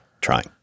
Trying